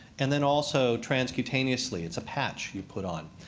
and then also transcutaneously. it's a patch you put on.